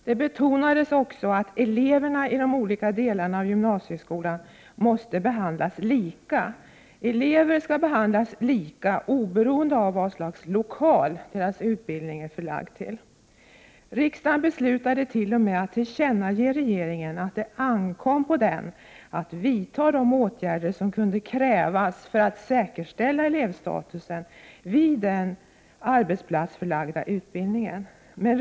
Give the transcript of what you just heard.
Det betonades också att eleverna i de olika delarna av gymnasieskolan måste behandlas lika. Eleverna skall behandlas lika oberoende av vilken slags lokal deras utbildning är förlagd till. Riksdagen beslutade t.o.m. att tillkännage regeringen att det ankom på den att vidta de åtgärder som krävs för att säkerställa elevstatusen vid den arbetsplatsförlagda utbildningen.